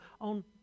on